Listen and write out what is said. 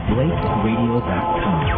BlakeRadio.com